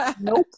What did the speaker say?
Nope